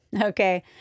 Okay